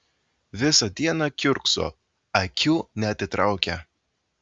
visą dieną kiurkso akių neatitraukia